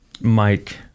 Mike